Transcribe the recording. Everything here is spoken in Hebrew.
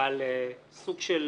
ועל סוג של